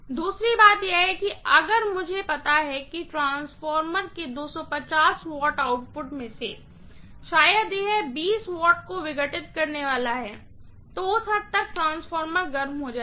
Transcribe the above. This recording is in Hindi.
दूसरी बात यह है कि अगर मुझे पता है कि एक ट्रांसफॉर्मर के 250 W आउटपुट में से शायद यह 20 W को विघटित करने वाला है वाला है तो उस हद तक ट्रांसफार्मर गर्म हो जाएगा